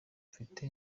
mfite